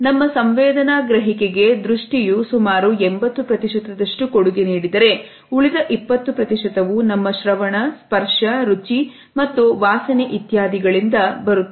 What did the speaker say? ನಮ್ಮ ಸಂವೇದನಾ ಗ್ರಹಿಕೆಗೆ ದೃಷ್ಟಿಯು ಸುಮಾರು 80 ಪ್ರತಿಶತದಷ್ಟು ಕೊಡುಗೆ ನೀಡಿದರೆ ಉಳಿದ 20 ವು ನಮ್ಮ ಶ್ರವಣ ಸ್ಪರ್ಶ ರುಚಿ ಮತ್ತು ವಾಸನೆ ಇತ್ಯಾದಿ ಗಳಿಂದ ಬರುತ್ತದೆ